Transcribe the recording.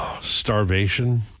Starvation